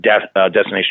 Destination